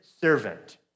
servant